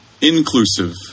inclusive